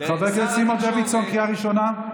חבר הכנסת סימון דוידסון, קריאה ראשונה.